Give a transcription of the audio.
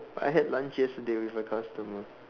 I had lunch yesterday with a customer